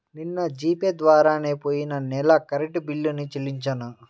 నిన్న G pay ద్వారానే పొయ్యిన నెల కరెంట్ బిల్లుని చెల్లించాను